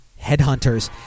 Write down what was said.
headhunters